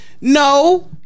No